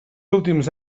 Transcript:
últims